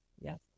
Yes